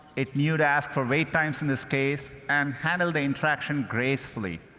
it knew to ask for wait times in this case, and handled the interaction gracefully.